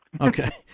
Okay